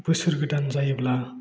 बोसोर गोदान जायोब्ला